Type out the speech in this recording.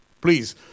Please